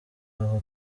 aho